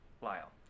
Lyle